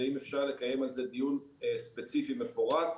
ואם אפשר לקיים על זה דיון ספציפי מפורט,